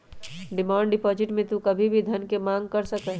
demand deposit में तू कभी भी धन के मांग कर सका हीं